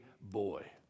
boy